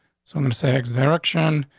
so i'm gonna say exit direction.